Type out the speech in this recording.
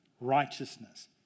righteousness